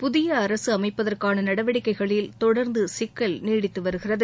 புதிய அரசு அமைப்பதற்கான நடவடிக்கைகளில் தொடர்ந்து சிக்கல் நீடித்து வருகிறது